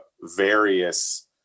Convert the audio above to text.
various